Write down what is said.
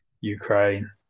Ukraine